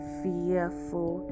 fearful